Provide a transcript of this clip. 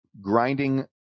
grinding